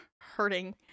hurting